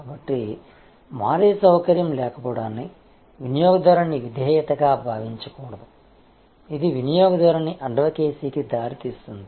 కాబట్టి మారే సౌకర్యం లేకపోవడాన్ని వినియోగదారుని విధేయతగా భావించకూడదు ఇది వినియోగదారుని అడ్వకేసీకి దారి తీస్తుంది